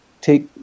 take